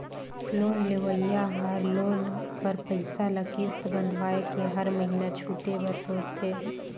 loan लेहोइया हर loan कर पइसा ल किस्त बंधवाए के हर महिना छुटे बर सोंचथे